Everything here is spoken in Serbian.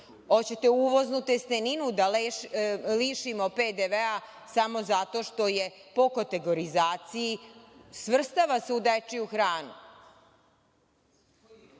Hoćete uvoznu testeninu da lišimo PDV samo zato što se po kategorizaciji svrstava u dečiju hranu.